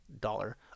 dollar